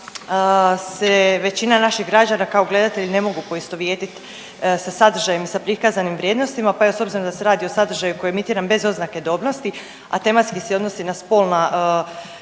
da se većina naših građana kao gledatelji ne mogu poistovjetiti sa sadržajem i sa prikazanim vrijednostima, pa evo s obzirom da se radi o sadržaju koji je emitiran bez oznake dobnosti, a tematski se odnosi na spolna